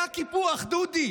היה קיפוח, דודי,